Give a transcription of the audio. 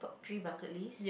top three bucket list